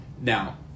now